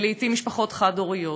ולעתים משפחות חד-הוריות,